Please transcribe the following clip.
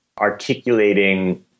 articulating